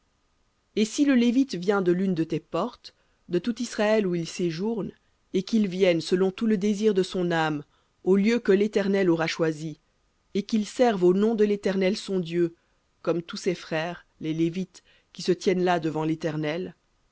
et si le lévite vient de l'une de tes portes de tout israël où il séjourne et qu'il vienne selon tout le désir de son âme au lieu que l'éternel aura choisi et qu'il serve au nom de l'éternel son dieu comme tous ses frères les lévites qui se tiennent là devant l'éternel